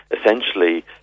essentially